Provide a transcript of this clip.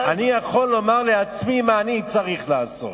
אני יכול לומר לעצמי מה אני צריך לעשות,